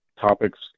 topics